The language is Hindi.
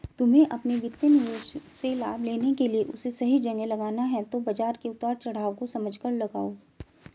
तुम्हे अपने वित्तीय निवेश से लाभ लेने के लिए उसे सही जगह लगाना है तो बाज़ार के उतार चड़ाव को समझकर लगाओ